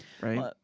Right